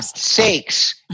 sakes